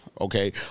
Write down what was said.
Okay